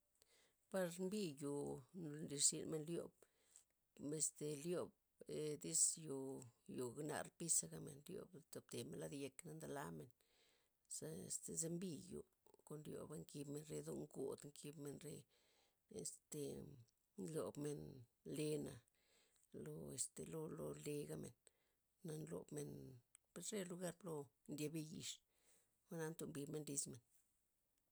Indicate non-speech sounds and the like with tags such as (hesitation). Par mbi yoo nn- nlirzyn men liob (hesitation) este liob ee- iz tiz yo yo nar piza' gabmen liobmen tiop toptemen lad yeka' na na ndelamen, za este zembi yo kon lioba' kibmen re ndo ngod' kimben re, este nlobmen lena', loo este loo- loo le gabmen na nlobmen per re lugar plo ndiebiyix, jwa'na ntombinen lis men.